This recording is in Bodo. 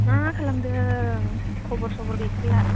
मा खालामदों खबर सबर गैथारला